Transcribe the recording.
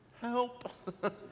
help